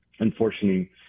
Unfortunately